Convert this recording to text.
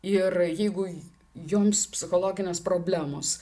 ir jeigu joms psichologinės problemos